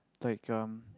it's like um